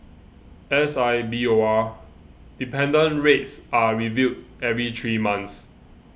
S I B O R dependent rates are reviewed every three months